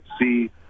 see